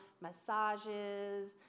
massages